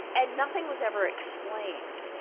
and nothing was ever explained.